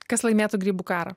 kas laimėtų grybų karą